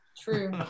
True